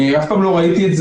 קבע,